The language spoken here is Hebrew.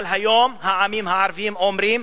אבל היום העמים הערביים אומרים: